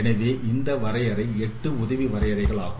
எனவே இந்த வரையறை 8 உதவி வரையறை ஆகும்